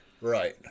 Right